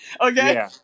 okay